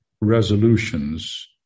resolutions